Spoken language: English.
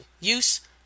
use